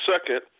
second